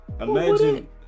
imagine